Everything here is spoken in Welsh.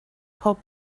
pob